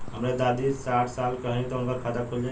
हमरे दादी साढ़ साल क हइ त उनकर खाता खुल जाई?